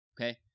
Okay